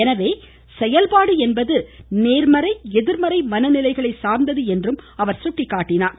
எனவே செயல்பாடு என்பது நேர்மறை எதிர்மறை மனநிலைகளை சார்ந்தது என்று குறிப்பிட்டார்